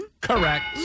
Correct